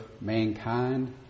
mankind